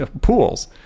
pools